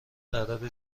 قرار